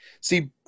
See